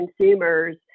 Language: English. consumers